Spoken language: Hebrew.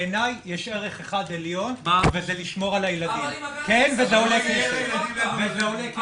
בעיני יש ערך אחד עליון והוא לשמור על הילדים וזה עולה כסף.